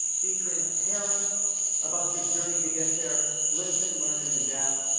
be transparent about your journey to get there, listen, learn and adapt,